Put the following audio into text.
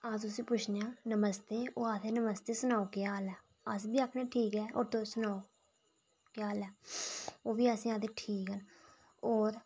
अस उसी पुच्छने आं नमस्ते ओह् आखदा नमस्ते सनाओ केह् हाल ऐ अस बी आखने ठीक ऐ होर तुस सनाओ केह् हाल ऐ ओह्बी असें गी आखदे न ठीक ऐ